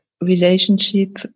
relationship